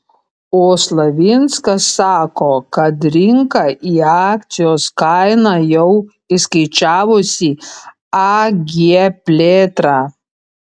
o slavinskas sako kad rinka į akcijos kainą jau įskaičiavusi ag plėtrą